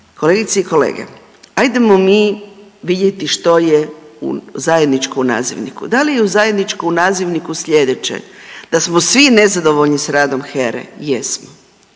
Kolegice i kolege, ajdemo mi vidjeti što je zajedničko u nazivniku. Da li je zajedničko u nazivniku slijedeće, da smo svi nezadovoljni s radom HERE, jesmo,